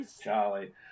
Charlie